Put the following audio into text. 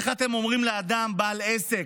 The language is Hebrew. איך אתם אומרים לאדם בעל עסק,